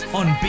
on